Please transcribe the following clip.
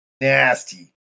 nasty